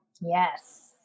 Yes